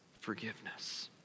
forgiveness